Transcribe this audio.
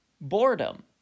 boredom